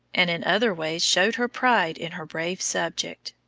and in other ways showed her pride in her brave subject.